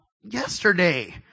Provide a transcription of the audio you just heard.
yesterday